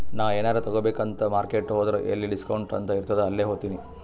ನಾ ಎನಾರೇ ತಗೋಬೇಕ್ ಅಂತ್ ಮಾರ್ಕೆಟ್ ಹೋದ್ರ ಎಲ್ಲಿ ಡಿಸ್ಕೌಂಟ್ ಅಂತ್ ಇರ್ತುದ್ ಅಲ್ಲೇ ಹೋತಿನಿ